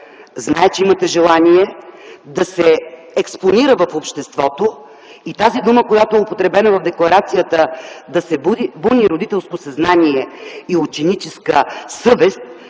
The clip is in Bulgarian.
зная, че имате желание да се експонира в обществото, и тази дума, която е употребена в декларацията „да се буни родителско съзнание и ученическа съвест”,